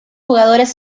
jugadores